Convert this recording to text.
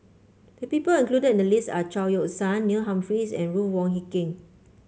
the people included in the list are Chao Yoke San Neil Humphreys and Ruth Wong Hie King